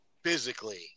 Physically